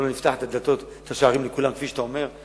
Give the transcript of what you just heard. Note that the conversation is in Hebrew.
לא נפתח את השערים לכולם, כפי שאתה אומר.